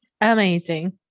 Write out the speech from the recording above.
Amazing